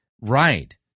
Right